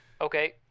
Okay